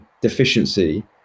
deficiency